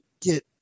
get